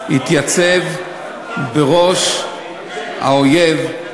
התייצב בראש האויב,